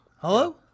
Hello